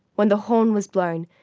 when the horn was blown,